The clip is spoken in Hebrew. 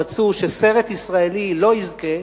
רצו שסרט ישראלי לא יזכה,